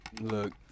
look